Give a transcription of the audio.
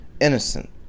innocent